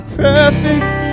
perfect